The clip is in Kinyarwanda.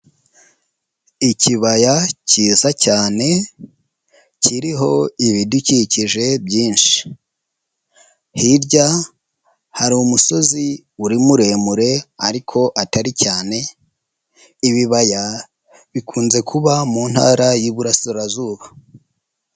Ikibaya cyiza cyane kiriho ibidukikije byinshi. Hirya hari umusozi uri muremure ariko atari cyane, ibibaya bikunze kuba mu ntara y'Iburasirazuba.